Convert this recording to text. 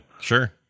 sure